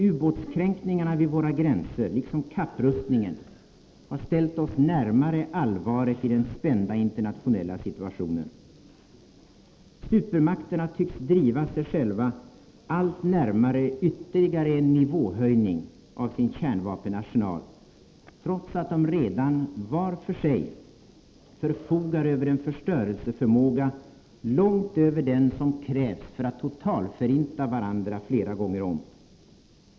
Ubåtskränkningarna vid våra gränser, liksom kapprustningen, har ställt oss närmare allvaret i den spända internationella situationen. Supermakterna tycks driva sig själva allt närmare ytterligare en nivåhöjning av sin kärnvapenarsenal trots att de redan var för sig förfogar över en förstörelseförmåga långt över den som krävs för att totalförinta varandra flera gånger om.